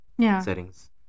settings